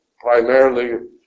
primarily